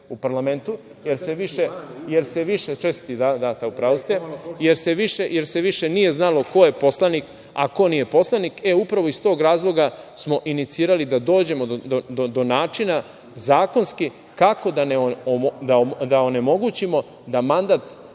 poslanika, da li 250 ili 350 u parlamentu, jer se više nije znalo ko je poslanik a ko nije poslanik. E, upravo iz tog razloga smo inicirali da dođemo do načina, zakonski, kako da onemogućimo da mandat